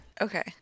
Okay